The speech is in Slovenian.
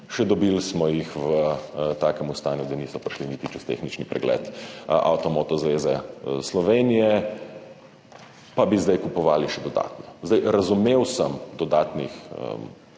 še dobili smo jih v takem stanju, da niso prišli niti čez tehnični pregled Avto-moto zveze Slovenije, pa bi zdaj kupovali še dodatno. Razumel sem dodatnih